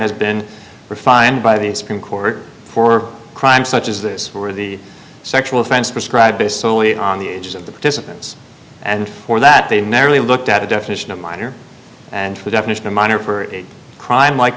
has been refined by the supreme court for crimes such as this where the sexual offense prescribe based solely on the ages of the participants and for that they narrowly looked at a definition of minor and for a definition of minor for a crime like